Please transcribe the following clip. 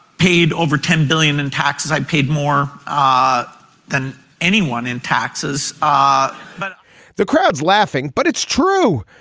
paid over ten billion in taxes i've paid more ah than anyone in taxes are but the crowds laughing. but it's true.